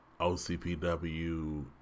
OCPW